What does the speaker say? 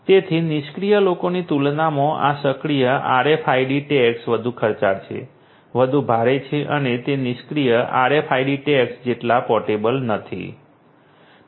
તેથી નિષ્ક્રિય લોકોની તુલનામાં આ સક્રિય RFID ટૅગ્સ વધુ ખર્ચાળ છે વધુ ભારે છે અને તે નિષ્ક્રિય RFID ટૅગ્સ જેટલા પોર્ટેબલ નથી